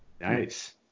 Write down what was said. Nice